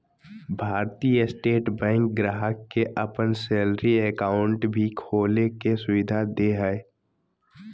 भारतीय State Bank ग्राहक के अपन सैलरी अकाउंट भी खोले के सुविधा दे हइ